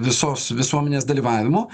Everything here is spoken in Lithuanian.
visos visuomenės dalyvavimu